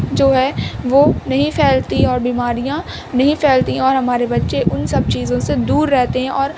جو ہے وہ نہیں پھیلتی اور بیماریاں نہیں پھیلتی اور ہمارے بچے ان سب چیزوں سے دور رہتے ہیں اور